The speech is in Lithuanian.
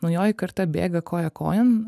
naujoji karta bėga koja kojon